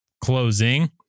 closing